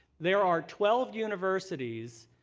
there are twelve universities,